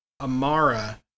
Amara